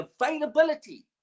availability